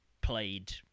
played